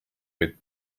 with